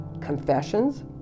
Confessions